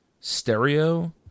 stereo